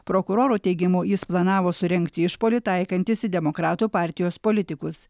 prokuroro teigimu jis planavo surengti išpuolį taikantis į demokratų partijos politikus